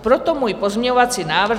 Proto můj pozměňovací návrh 2646.